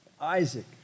Isaac